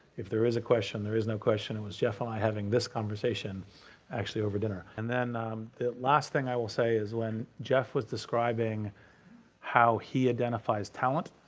if there is a question, there is no question, it was jeff and i having this conversation actually over dinner. and then last thing i will say is when jeff was describing how he identifies talent,